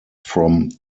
from